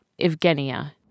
Evgenia